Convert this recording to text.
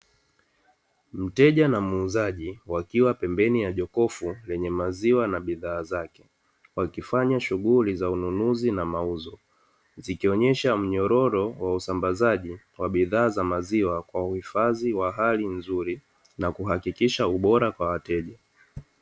Mteja na muuzaji wakiwa pembeni ya jokofu lenye maziwa na bidhaa zake, wakifanya shughuli za ununuzi na mauzo zikionyesha mnyororo wa usambazaji wa bidhaa za maziwa, kwa uhifadhi wa hali nzuri na kuhakikisha ubora kwa wateja.